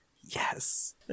Yes